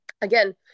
again